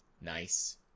Nice